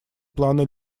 плана